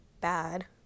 bad